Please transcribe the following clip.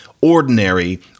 ordinary